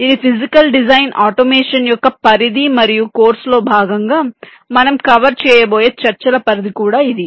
ఇది physical design automation యొక్క పరిధి మరియు ఈ కోర్సులో భాగంగా మనం కవర్ చేయబోయే చర్చల పరిధి కూడా ఇది